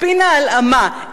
ספין ההלאמה,